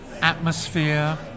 atmosphere